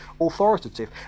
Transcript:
authoritative